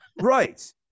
Right